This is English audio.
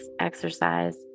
exercise